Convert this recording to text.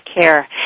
care